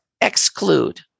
exclude